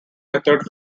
method